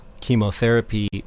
chemotherapy